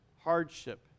hardship